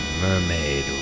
mermaid